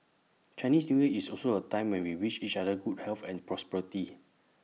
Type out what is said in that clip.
Chinese New Year is also A time when we wish each other good health and prosperity